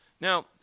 Now